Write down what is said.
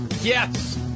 Yes